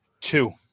Two